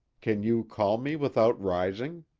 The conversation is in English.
can you call me without rising?